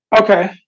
Okay